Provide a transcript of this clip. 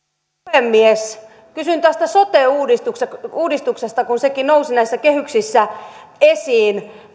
puhemies kysyn tästä sote uudistuksesta uudistuksesta kun sekin nousi näissä kehyksissä esiin